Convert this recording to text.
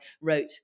wrote